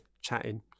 chatting